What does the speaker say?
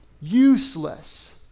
useless